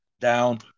down